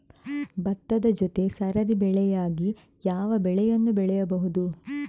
ಭತ್ತದ ಜೊತೆ ಸರದಿ ಬೆಳೆಯಾಗಿ ಯಾವ ಬೆಳೆಯನ್ನು ಬೆಳೆಯಬಹುದು?